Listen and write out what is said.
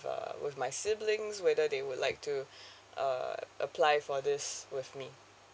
uh with my siblings whether they would like to uh apply for this with me